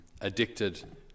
addicted